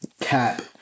Cap